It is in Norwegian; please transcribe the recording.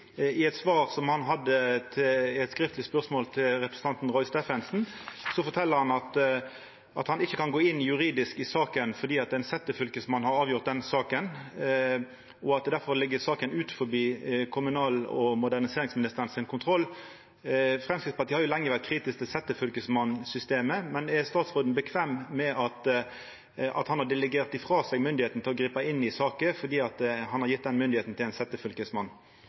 I eit svar på eit skriftleg spørsmål frå representanten Roy Steffensen fortel statsråden at han ikkje kan gå inn i saka juridisk fordi ein setjefylkesmann har avgjort den saka, og derfor ligg saka utanfor kommunal- og moderniseringsministeren sin kontroll. Framstegspartiet har lenge vore kritisk til setjefylkesmannsystemet, men er statsråden komfortabel med at han har delegert frå seg myndigheita til å gripa inn i saker fordi han har gjeve den myndigheita til en setjefylkesmann? Jeg har ikke gitt fra meg myndigheten til